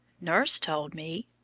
nurse told me,